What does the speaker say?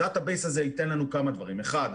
הדאטה בייס הזה ייתן לנו כמה דברים: אחד,